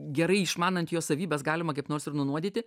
gerai išmanant jo savybes galima kaip nors ir nunuodyti